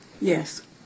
yes